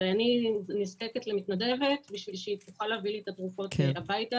אני נזקקת למתנדבת בשביל שתוכל להביא לי את התרופות הביתה.